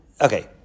Okay